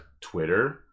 Twitter